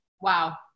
Wow